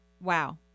wow